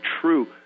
true